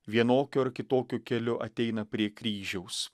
vienokiu ar kitokiu keliu ateina prie kryžiaus